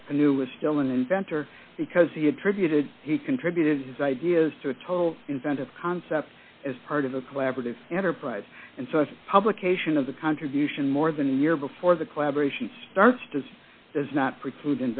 the new was still an inventor because he attributed he contributed his ideas to a total inventive concept as part of a collaborative enterprise and so as publication of the contribution more than a year before the collaboration starts does does not preclude